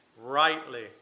rightly